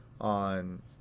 on